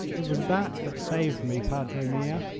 it was that that saved me, padre mia.